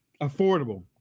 affordable